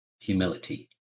humility